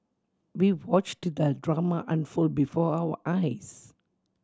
we watched the drama unfold before our eyes